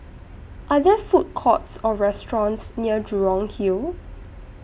Are There Food Courts Or restaurants near Jurong Hill